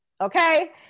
Okay